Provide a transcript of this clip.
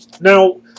Now